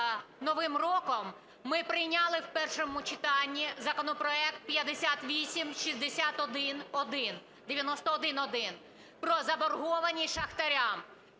Новим роком ми прийняли в першому читанні законопроект 5861-1… 5891-1 про заборгованість шахтарям